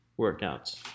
workouts